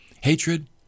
Hatred